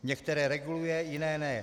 Některé reguluje, jiné ne.